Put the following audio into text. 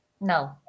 No